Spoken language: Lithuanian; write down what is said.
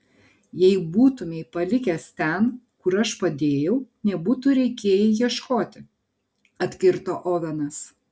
jei būtumei palikęs ten kur aš padėjau nebūtų reikėję ieškoti atkirto ovenas